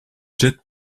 jet